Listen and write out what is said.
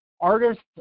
artists